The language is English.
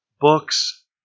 books